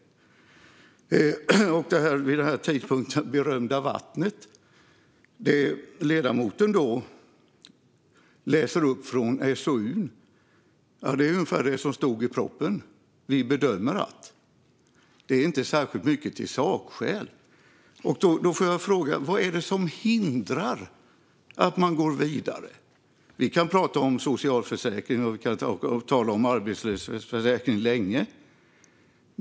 När det gäller det vid det här laget berömda vattnet är det som ledamoten läser upp från SOU:n ungefär det som står i propositionen: vi bedömer att. Det är inte särskilt mycket till sakskäl. Då får jag fråga: Vad är det som hindrar att man går vidare? Vi kan prata om socialförsäkring och arbetslöshetsförsäkring länge.